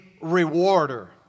rewarder